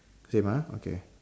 same ah okay